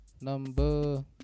number